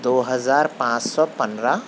دو ہزار پانچ سو پندرا